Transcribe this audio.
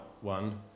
one